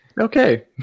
okay